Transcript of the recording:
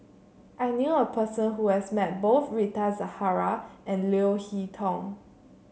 I knew a person who has met both Rita Zahara and Leo Hee Tong